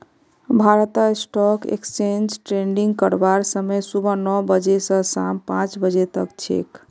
भारतत stock exchange trading करवार समय सुबह नौ बजे स शाम पांच बजे तक छेक